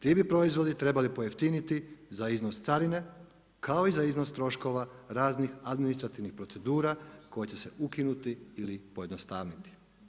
Ti bi proizvodi trebali pojeftiniti za iznos carine kao i za iznos troškova raznih administrativnih procedura koje će se ukinuti ili pojednostaviti.